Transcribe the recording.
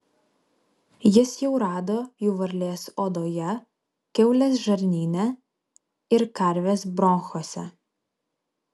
jis jau rado jų varlės odoje kiaulės žarnyne ir karvės bronchuose